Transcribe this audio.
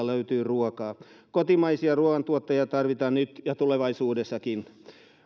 löytyy ruokaa kotimaisia ruoantuottajia tarvitaan nyt ja tulevaisuudessakin